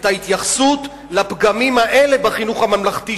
את ההתייחסות לפגמים האלה בחינוך הממלכתי,